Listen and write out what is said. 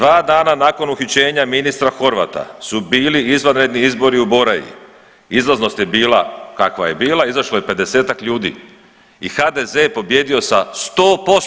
2 dana nakon uhićenja ministra Horvata su bili izvanredni izbori u Boraji, izlaznost je bila kakva je bila, izašlo je 50-ak ljudi i HDZ je pobijedio sa 100%